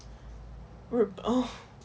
日本 oh